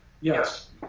yes